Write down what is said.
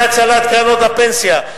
מהצלת קרנות הפנסיה,